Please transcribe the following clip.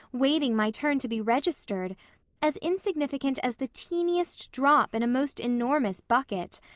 waiting my turn to be registered as insignificant as the teeniest drop in a most enormous bucket.